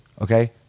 okay